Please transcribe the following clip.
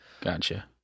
Gotcha